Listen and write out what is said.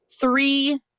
three